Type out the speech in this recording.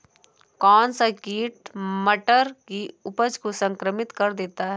कौन सा कीट मटर की उपज को संक्रमित कर देता है?